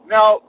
Now